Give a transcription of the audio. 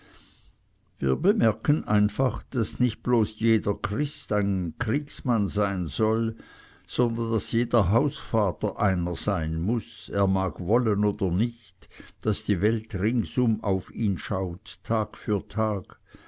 wir bemerken einfach daß nicht bloß jeder christ ein kriegsmann sein soll sondern daß jeder hausvater einer sein muß er mag wollen oder nicht daß die welt ringsum auf ihn schaut tag für tag